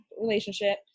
relationship